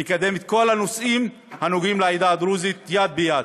נקדם את כל הנושאים הנוגעים לעדה הדרוזית יד ביד.